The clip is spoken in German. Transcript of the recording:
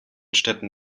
städten